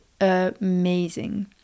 amazing